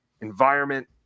environment